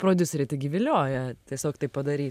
prodiuseriai taigi vilioja tiesiog tai padary